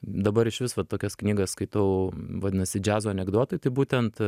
dabar išvis va tokias knygas skaitau vadinasi džiazo anekdotai tai būtent